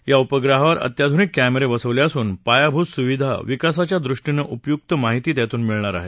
या उपग्रहावर अत्याधुनिक कॅमेरे बसवले असून पायाभूत सुविधा विकासाच्या दृष्टीनं उपयुक्त माहिती त्यातून मिळेल